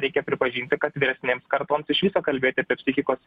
reikia pripažinti kad vyresnėms kartoms iš viso kalbėti apie psichikos